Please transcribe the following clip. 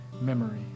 memory